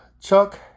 Chuck